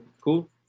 Cool